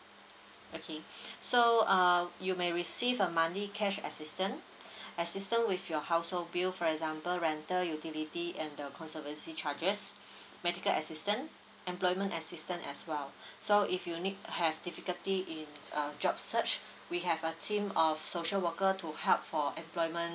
okay so uh you may receive a monthly cash assistance assistance with your household bill for example rental utility and the conservancy charges medical assistance employment assistance as well so if you need to have difficulty in um job search we have a team of social worker to help for employment